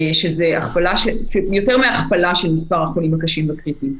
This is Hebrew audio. שזה יותר מהכפלה של מספר החולים הקשים הקריטיים,